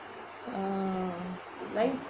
ah